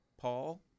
paul